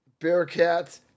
Bearcats